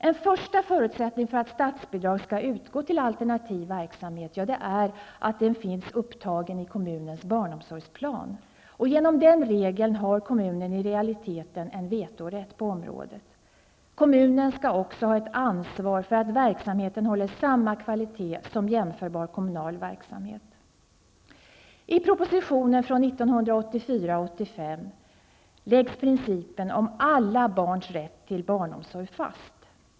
En första förutsättning för att statsbidrag skall utgå till alternativ verksamhet är att den finns upptagen i kommunens barnomsorgsplan. Genom den regeln har kommunen i realiteten en vetorätt på området. Kommunen skall också ha ett ansvar för att verksamheten håller samma kvalitet som jämförbar kommunal verksamhet. I propositionen 1984/85:209 läggs principen om alla barns rätt till barnomsorg fast.